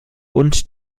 und